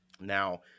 Now